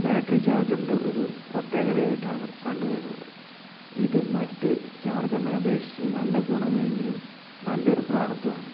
battery ചാർജറിൻ്റെ ഒരു പ്രത്യേകതയായിട്ടാണ് കണ്ട് വരുന്നത് ഇത് മറ്റു ചാർജറിനെ അപേക്ഷിച്ച് നല്ല ഗുണമേന്മയും നല്ലൊരു പ്രോഡക്ടുമാണ്